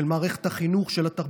של מערכת החינוך ושל התרבות.